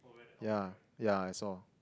yeah yeah I saw